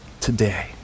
today